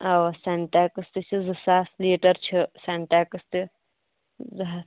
اوا سِنٹٮ۪کٕس تہِ چھِ زٕ ساس لیٖٹَر چھِ سِنٹٮ۪کٕس تہِ زٕ ہَتھ